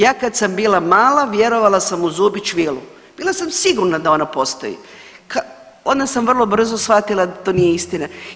Ja kad sam bila mala vjerovala sam u Zubić vilu, bila sam sigurna da ona postoji, onda sam vrlo brzo shvatila da to nije istina.